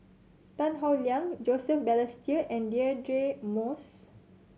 Tan Howe Liang Joseph Balestier and Deirdre Moss